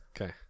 Okay